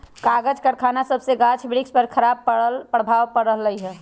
कागज करखना सभसे गाछ वृक्ष पर खराप प्रभाव पड़ रहल हइ